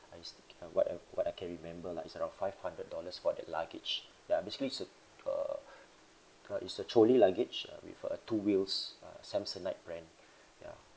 I still uh what I what I can remember lah it's around five hundred dollars for that luggage ya basically it's uh uh uh it's a trolley luggage uh with uh two wheels uh Samsonite brand ya